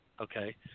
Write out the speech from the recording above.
Okay